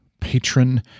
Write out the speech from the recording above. patron